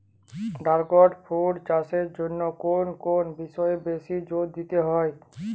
Dragon fruit চাষের জন্য কোন কোন বিষয়ে বেশি জোর দিতে হয়?